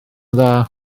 dda